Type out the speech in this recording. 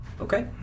Okay